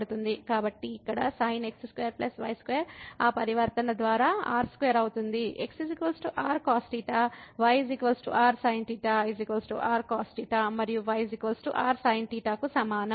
కాబట్టి ఇక్కడ sin x2 y2 ఆ పరివర్తన ద్వారా r2 అవుతుంది x r cosθ y rsinθ r cosθ మరియు y r sin θ కు సమానం